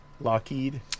Lockheed